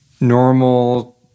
normal